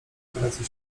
operację